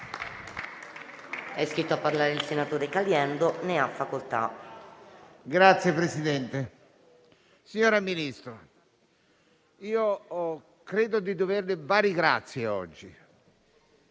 Signor Presidente, signora Ministro, credo di doverle vari grazie oggi,